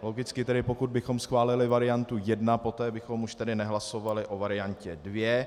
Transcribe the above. Logicky pokud bychom schválili variantu 1, poté bychom už tedy nehlasovali o variantě 2.